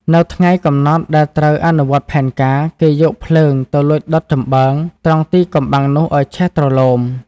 នៅថ្ងៃ កំណត់ដែលត្រូវអនុវត្តផែនការ គេយកភ្លើងទៅលួចដុតចំបើង ត្រង់ទីកំបាំងនោះឱ្យឆេះទ្រលោម។